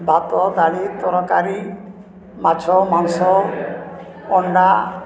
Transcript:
ଭାତ ଡାଲି ତରକାରୀ ମାଛ ମାଂସ ଅଣ୍ଡା